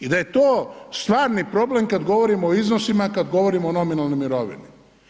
I da je to stvarni problem kad govorimo o iznosima, kad govorimo o nominalnoj mirovini.